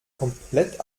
komplett